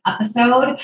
episode